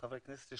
לחברי הכנסת,